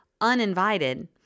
uninvited